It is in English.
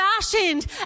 fashioned